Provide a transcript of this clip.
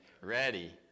Ready